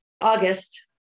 August